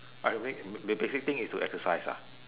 I wa~ b~ b~ basic thing is to exercise ah